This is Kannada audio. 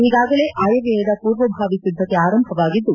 ಈಗಾಗಲೇ ಆಯವ್ನಯದ ಪೂರ್ವಭಾವಿ ಸಿದ್ದತೆ ಆರಂಭವಾಗಿದ್ದು